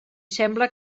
sembla